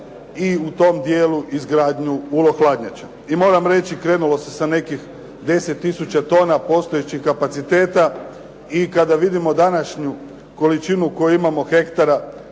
i u tome dijelu izgradnju ULO hladnjača. I moram reći, krenulo se sa nekih 10 tisuća tona postojećeg kapaciteta. I kada vidimo današnju količinu koju imamo hektara